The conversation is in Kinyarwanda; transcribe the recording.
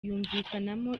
yumvikanamo